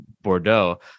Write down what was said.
Bordeaux